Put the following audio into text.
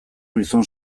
gizon